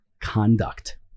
conduct